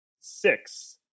six